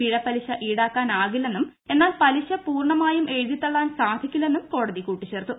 പിഴപലിശ ഈടാക്കാനാകില്ലെന്നും എന്നാൽ പലിശ പൂർണമായും എഴുതിതള്ളാൻ സാധിക്കില്ലെന്നും കോടത് ് കൂട്ടിച്ചേർത്തു